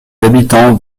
habitants